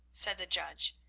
said the judge,